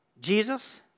Jesus